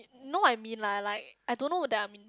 know what I mean lah like I don't know that I'm in